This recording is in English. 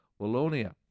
Wallonia